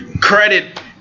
credit